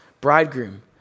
bridegroom